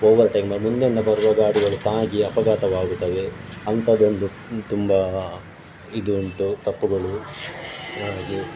over ಟೈಮಲ್ಲಿ ಹಿಂದೆಯಿಂದ ಬರುವ ಗಾಡಿಗಳು ತಾಗಿ ಅಪಘಾತವಾಗುತ್ತದೆ ಅಂಥದ್ದೊಂದು ತುಂಬ ಇದುಂಟು ತಪ್ಪುಗಳು ಹಾಗೇ